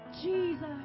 Jesus